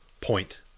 point